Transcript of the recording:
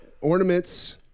ornaments